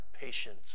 patience